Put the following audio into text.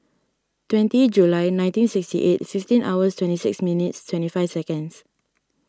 twenty July nineteen sixty eight fifteen hours twenty six minutes twenty five seconds